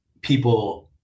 people